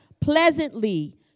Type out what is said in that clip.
pleasantly